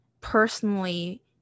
personally